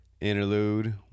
Interlude